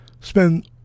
spend